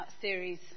series